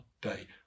day